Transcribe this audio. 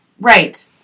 Right